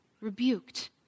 rebuked